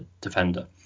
defender